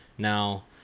Now